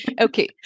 Okay